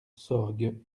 sorgue